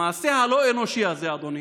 המעשה הלא-אנושי הזה, אדוני,